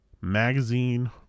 magazine